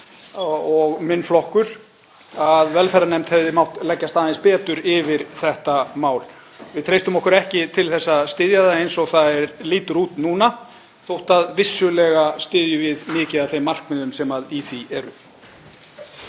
og minn flokkur teljum að velferðarnefnd hefði mátt leggjast aðeins betur yfir þetta mál. Við treystum okkur ekki til að styðja það eins og það lítur út núna þótt vissulega styðjum við mikið af þeim markmiðum sem í því eru.